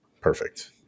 Perfect